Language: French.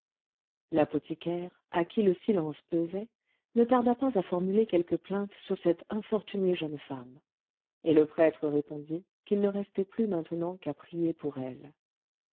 l'apothicaire à qui le silence pesait ne tarda pas à formuler quelques plaintes sur cette infortunée jeune femme et le prêtre répondit qu'il ne restait plus maintenant qu'à prier pour elle